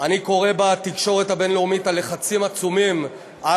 אני קורא בתקשורת הבין-לאומית על לחצים עצומים על